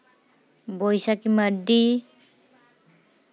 Baisakhi Mardi